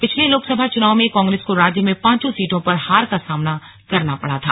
पिछले लोकसभा चुनाव में कांग्रेस को राज्य में पांचों सीटों पर हार का सामना करना पड़ा था